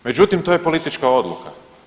Međutim, to je politička odluka.